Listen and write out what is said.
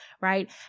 right